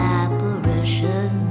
apparition